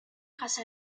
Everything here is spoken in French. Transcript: grâce